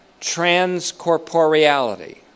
transcorporeality